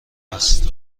است